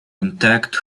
intact